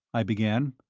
i began.